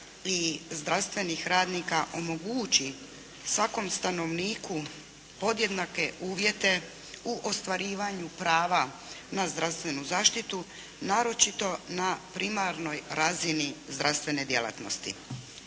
i zdravstvenih radnika omogući svakom stanovniku podjednake uvjete u ostvarivanju prava na zdravstvenu zaštitu naročito na primarnoj razini zdravstvene djelatnosti.